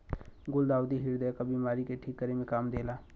गुलदाउदी ह्रदय क बिमारी के ठीक करे में काम देला